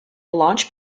launch